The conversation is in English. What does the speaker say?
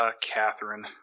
Catherine